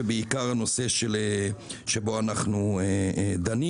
ובעיקר לנושא שבו אנחנו דנים.